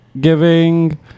giving